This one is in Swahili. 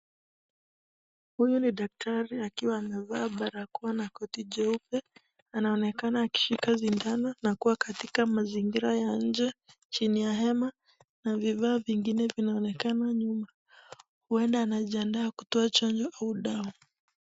Huyu ni daktari akiwa amevaa barakoa na koti jeupe anaonekana akishika sindano na kuwa katika mazingira ya nje chini ya hema na vifaa vingine vinaonekana nyuma huenda anajiandaa kutoa chanjo au dawa.